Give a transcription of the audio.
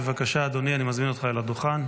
בבקשה, אדוני, אני מזמין אותך אל הדוכן.